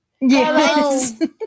Yes